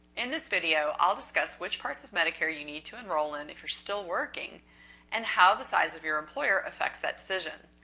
in this video, i'll discuss which parts of medicare you need to enroll in if you're still working and how the size of your employer affects that decision.